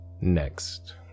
next